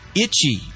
itchy